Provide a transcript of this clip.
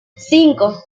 cinco